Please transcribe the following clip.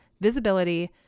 visibility